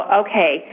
okay